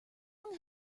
long